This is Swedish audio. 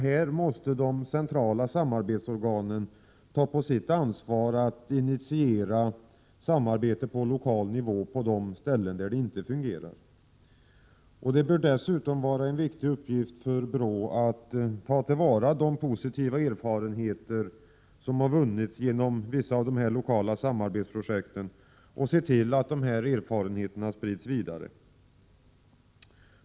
Här måste de centrala samarbetsorganen ta på sitt ansvar att initiera samarbete på lokal nivå på de ställen där det inte fungerar. Det bör dessutom vara en viktig uppgift för BRÅ att ta till vara de positiva erfarenheter som har vunnits genom vissa av de lokala samarbetsprojekten och se till att dessa erfarenheter sprids vidare.